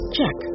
Check